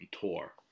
tour